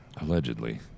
Allegedly